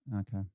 Okay